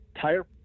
tire